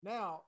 Now